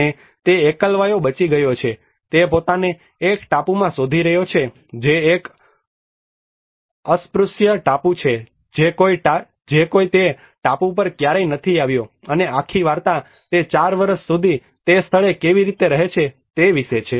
અને તે એકલવાયો બચી ગયો છે તે પોતાને એક ટાપુમાં શોધી રહ્યો છે જે એક અસ્પૃશ્ય ટાપુ છે જે કોઈ તે ટાપુ પર ક્યારેય નથી આવ્યો અને આખી વાર્તા તે 4 વર્ષ સુધી તે સ્થળે કેવી રીતે રહે છે તે વિશે છે